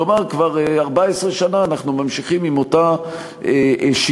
כלומר כבר 14 שנה אנחנו ממשיכים עם אותה שיטה,